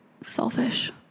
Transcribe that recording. Selfish